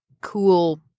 cool